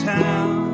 town